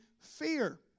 fear